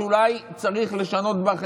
שאולי צריך לשנות בה,